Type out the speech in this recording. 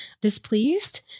displeased